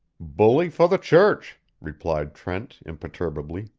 bully for the church, replied trent, imperturbably.